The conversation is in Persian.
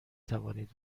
توانید